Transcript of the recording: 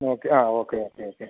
okay ആ okay okay okay